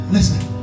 Listen